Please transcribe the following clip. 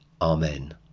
Amen